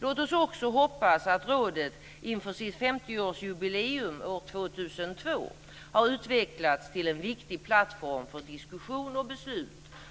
Låt oss också hoppas att rådet inför sitt 50-årsjubileum år 2002 har utvecklats till en viktig plattform för diskussion och beslut